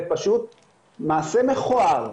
זה פשוט מעשה מכוער.